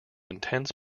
intense